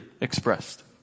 expressed